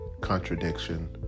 contradiction